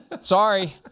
Sorry